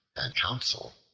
and counsel,